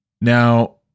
Now